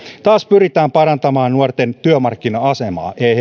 taas pyritään parantamaan nuorten työmarkkina asemaa ei